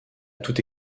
toute